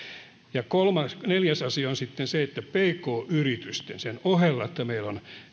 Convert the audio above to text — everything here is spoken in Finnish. neljäs asia on sitten se että pk yritysten sen ohella että meillä on